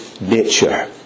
nature